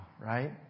right